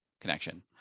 connection